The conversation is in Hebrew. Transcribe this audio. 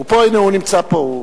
הוא פה, הוא נמצא פה.